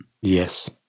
Yes